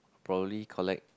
probably collect